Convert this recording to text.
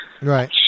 Right